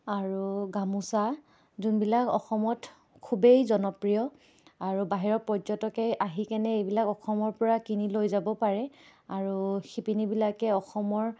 আৰু গামোচা যোনবিলাক অসমত খুবেই জনপ্ৰিয় আৰু বাহিৰৰ পৰ্যটকে আহি কেনে এইবিলাক অসমৰ পৰা কিনি লৈ যাব পাৰে আৰু শিপিনীবিলাকে অসমৰ